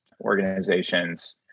organizations